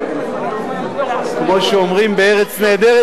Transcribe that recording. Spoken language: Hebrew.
תאמין לי, אחד הכי טובים.